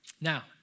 Now